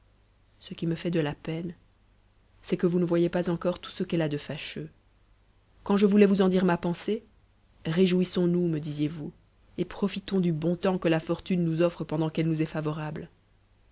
ce qui me fait de la peine c'est que vous ne voyez pas encore tout ce qu'elle a de fâcheux quand je voulais vous en dire ma pensée réjouissons-nous me disiez-vous et profitons du bon temps que la fortune nous offre pendant qu'elle nous est favorable